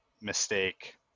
mistake